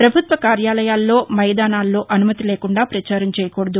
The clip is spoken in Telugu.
పభుత్వ కార్యాలయాల్లో మైదానాలల్లో అసుమతి లేకుండా ప్రచారం చేయకూడదు